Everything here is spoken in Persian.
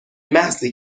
محضی